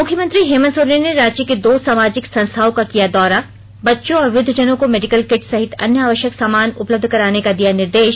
मुख्यमंत्री हेमंत सोरेन ने रांची की दो सामाजिक संस्थाओं का किया दौरा बच्चों और वृद्दजनों को र्मेडिकल किट सहित अन्य आवश्यक सामान उपलब्ध कराने का दिया निर्देश